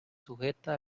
sujeta